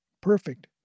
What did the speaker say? Perfect